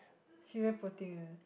she very poor thing eh